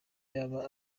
yaba